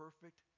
perfect